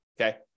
okay